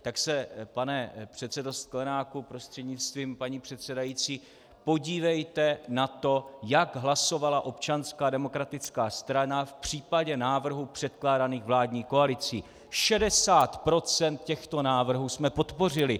Tak se, pane předsedo Sklenáku prostřednictvím paní předsedající, podívejte na to, jak hlasovala Občanská demokratická strana v případě návrhů předkládaných vládní koalicí: 60 % těchto návrhů jsme podpořili.